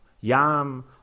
Yam